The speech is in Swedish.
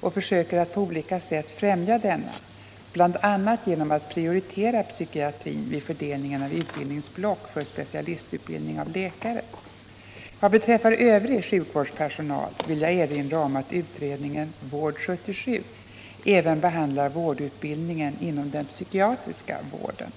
och försöker att på olika sätt främja denna bl.a. genom att prioritera psykiatrin vid fördelningen av utbildningsblock för specialistutbildning av läkare. Vad beträffar övrig sjukvårdspersonal vill jag erinra om att utredningen Vård 77 även behandlar vårdutbildningen inom den psykiatriska vården.